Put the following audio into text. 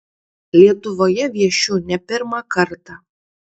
lietuvoje viešiu ne pirmą kartą